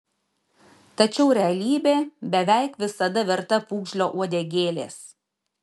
tačiau realybė beveik visada verta pūgžlio uodegėlės